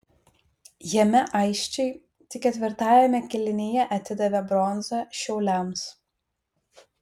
jame aisčiai tik ketvirtajame kėlinyje atidavė bronzą šiauliams